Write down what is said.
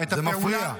זה מפריע.